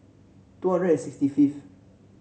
two hundred and sixty fifth